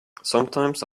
sometimes